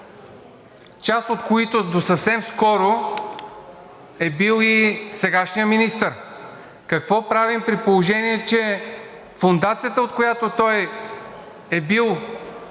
част от които до съвсем скоро е бил сегашният министър? Какво правим, при положение че фондацията, от която той е бил